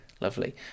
lovely